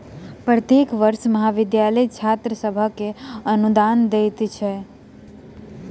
प्रत्येक वर्ष महाविद्यालय छात्र सभ के अनुदान दैत अछि